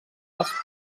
les